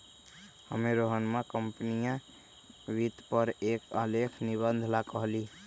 हम्मे रोहनवा के कंपनीया वित्त पर एक आलेख निबंध ला कहली